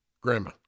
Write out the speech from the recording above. Grandma